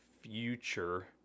future